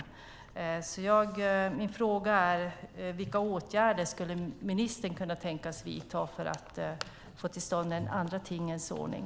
Min fråga är: Vilka åtgärder skulle ministern kunna tänkas vidta för att få till stånd en annan tingens ordning?